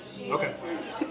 okay